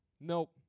Nope